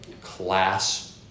class